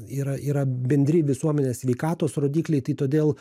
yra yra bendri visuomenės sveikatos rodikliai tai todėl